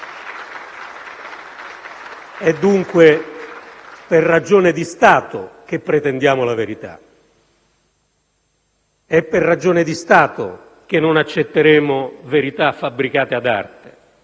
È dunque per ragione di Stato che pretendiamo la verità, è per ragione di Stato che non accetteremo verità fabbricate ad arte,